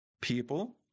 people